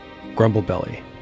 Grumblebelly